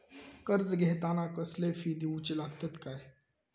कर्ज घेताना कसले फी दिऊचे लागतत काय?